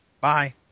Bye